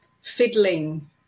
fiddling